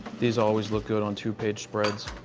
these always look good on two page spreads.